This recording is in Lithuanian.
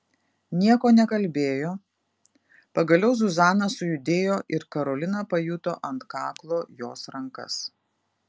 nieko nekalbėjo pagaliau zuzana sujudėjo ir karolina pajuto ant kaklo jos rankas